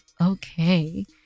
okay